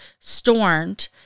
stormed